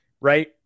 right